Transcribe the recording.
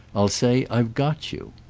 i'll say i've got you.